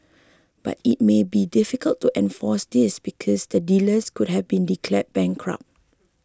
but it may be difficult to enforce this because the dealer could have been declared bankrupt